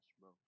bro